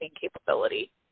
capability